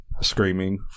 screaming